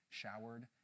showered